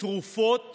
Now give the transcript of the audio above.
תרופות